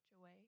away